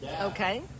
Okay